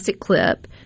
clip